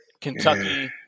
Kentucky